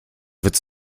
witz